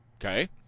okay